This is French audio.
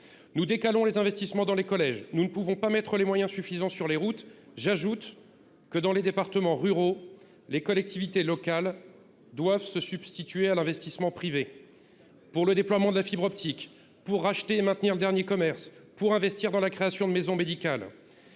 Nous décalons les investissements dans les collèges. Nous ne pouvons pas consacrer les moyens suffisants aux routes. J’ajoute que, dans les départements ruraux, les collectivités locales doivent se substituer à l’investissement privé pour le déploiement de la fibre optique, pour racheter et maintenir le dernier commerce et pour investir dans la création de maisons médicales.